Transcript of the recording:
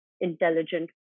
intelligent